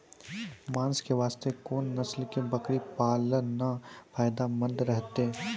मांस के वास्ते कोंन नस्ल के बकरी पालना फायदे मंद रहतै?